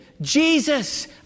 Jesus